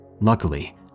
luckily